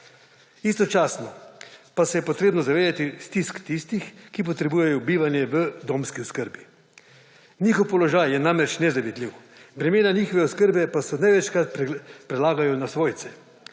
Istočasno pa se je potrebno zavedati stisk tistih, ki potrebujejo bivanje v domski oskrbi. Njihov položaj je namreč nezavidljiv. Bremena njihove oskrbe pa se največkrat prelagajo na svojce.